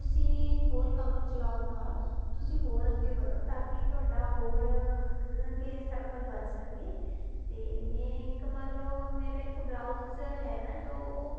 ਤੁਸੀਂ ਹੋਰ ਕੰਮ ਚਲਾਓ ਨਾਲ ਤੁਸੀਂ ਹੋਰ ਅੱਗੇ ਵਧੋ ਤਾਂ ਕਿ ਤੁਹਾਡਾ ਹੋਰ ਇਹ ਕਿ ਸਰਕਲ ਵੱਧ ਸਕੇ ਅਤੇ ਮੈਂ ਇੱਕ ਮੰਨ ਲਓ ਮੇਰਾ ਇੱਕ ਬਰਾਊਜ ਹੈ ਨਾ ਜੋ ਉਹ